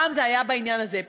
פעם זה היה בעניין הזה,